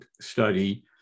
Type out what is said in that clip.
study